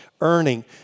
earning